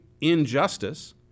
injustice